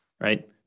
right